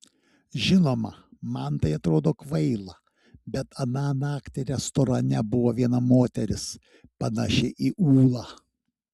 žinoma man tai atrodo kvaila bet aną naktį restorane buvo viena moteris panaši į ūlą